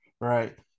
Right